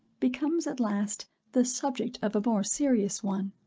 becomes at last the subject of a more serious one.